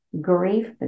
grief